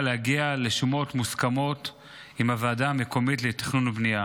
להגיע לשומות מוסכמות עם הוועדה המקומית לתכנון ובנייה